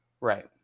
Right